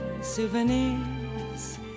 souvenirs